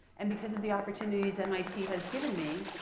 and because of the opportunities mit has given me,